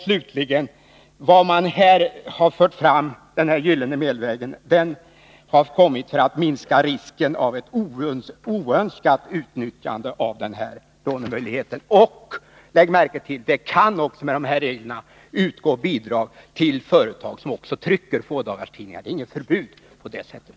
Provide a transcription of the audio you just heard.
Slutligen vill jag säga att vad man här har fört fram, ”den gyllene medelvägen”, har kommit för att minska risken av ett oönskat utnyttjande av denna lånemöjlighet. Det kan — lägg märke till det — enligt dessa regler utgå bidrag också till företag som trycker fådagarstidningar. Det finns inget förbud mot det.